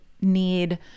need